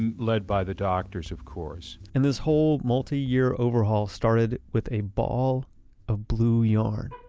and led by the doctors, of course and this whole multi-year overhaul started with a ball of blue yarn.